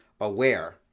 aware